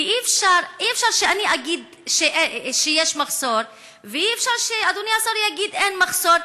כי אי-אפשר שאני אגיד שיש מחסור ואי-אפשר שאדוני השר יגיד: אין מחסור,